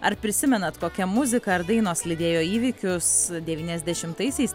ar prisimenat kokia muzika ar dainos lydėjo įvykius devyniasdešimtaisiais